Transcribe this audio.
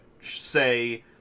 say